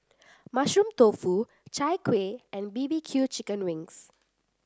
Mushroom Tofu Chai Kueh and B B Q Chicken Wings